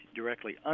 directly